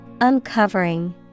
Uncovering